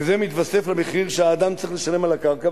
וזה מתווסף למחיר שאדם צריך לשלם על הקרקע,